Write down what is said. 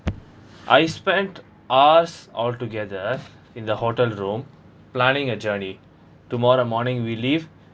I spent hours altogether in the hotel room planning a journey tomorrow morning we leave